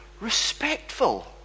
respectful